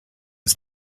his